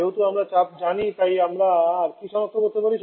যেহেতু আমরা চাপ জানি তাই আমরা আর কী সনাক্ত করতে পারি